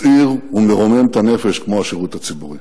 מסעיר ומרומם את הנפש כמו השירות הציבורי.